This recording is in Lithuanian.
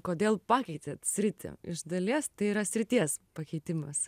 kodėl pakeitėt sritį iš dalies tai yra srities pakeitimas